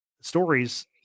stories